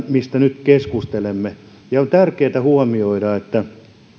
mistä nyt keskustelemme on tärkeätä huomioida että